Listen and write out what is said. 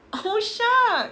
oh shucks